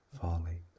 falling